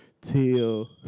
till